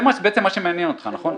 זה בעצם מה שמעניין אותך, נכון?